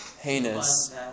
heinous